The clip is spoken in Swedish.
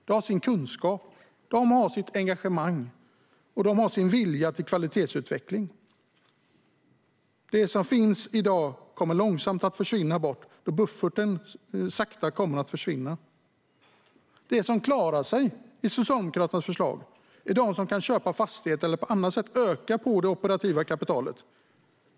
De har sin kunskap, sitt engagemang och sin vilja till kvalitetsutveckling. De som finns i dag kommer långsamt att försvinna bort, då bufferten sakta kommer att försvinna. De som klarar sig med Socialdemokraternas förslag är de som kan köpa fastigheter eller på annat sätt öka det operativa kapitalet.